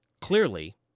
Clearly